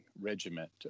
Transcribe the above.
regiment